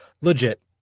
legit